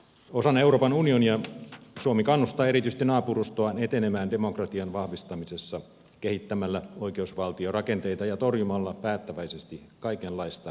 osana euroopan unionia suomi kannustaa erityisesti naapurustoaan etenemään demokratian vahvistamisessa kehittämällä oikeusvaltiorakenteita ja torjumalla päättäväisesti kaikenlaista korruptiota